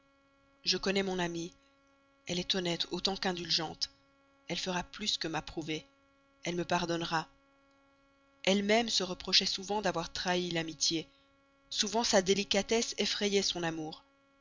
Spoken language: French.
je connais mon amie elle est honnête autant qu'indulgente elle fera plus que me pardonner elle m'approuvera elle-même se reprochait souvent d'avoir trahi l'amitié souvent sa délicatesse effrayait son amour